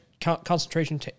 concentration